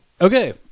okay